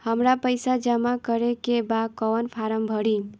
हमरा पइसा जमा करेके बा कवन फारम भरी?